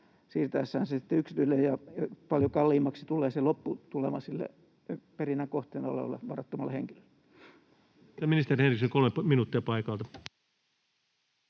on näennäistä, ja paljon kalliimmaksi tulee lopputulema sille perinnän kohteena olevalle varattomalle henkilölle. Ministeri Henriksson, 3 minuuttia paikalta.